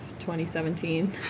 2017